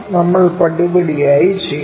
നമ്മൾ പടിപടിയായി ചെയ്യണം